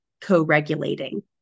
co-regulating